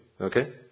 okay